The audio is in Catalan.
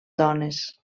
dones